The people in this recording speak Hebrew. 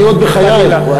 אני עוד בחיי שומע את זה.